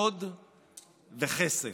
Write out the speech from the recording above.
כבוד וכסף.